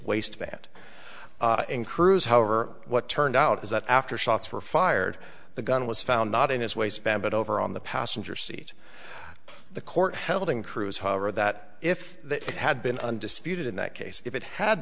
waistband in crews however what turned out is that after shots were fired the gun was found not in his waistband but over on the passenger seat the court held in cruise however that if that had been undisputed in that case if it had